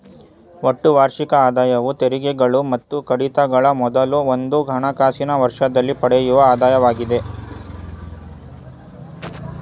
ಒಟ್ಟು ವಾರ್ಷಿಕ ಆದಾಯವು ತೆರಿಗೆಗಳು ಮತ್ತು ಕಡಿತಗಳ ಮೊದಲು ಒಂದು ಹಣಕಾಸಿನ ವರ್ಷದಲ್ಲಿ ಪಡೆಯುವ ಆದಾಯವಾಗಿದೆ